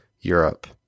Europe